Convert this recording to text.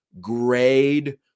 grade